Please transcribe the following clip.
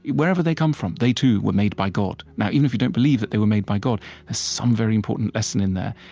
wherever they come from, they too were made by god. now, even if you don't believe that they were made by god, there's ah some very important lesson in there.